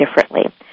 differently